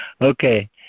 Okay